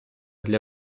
для